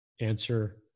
answer